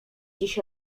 dziś